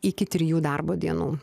iki trijų darbo dienų